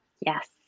yes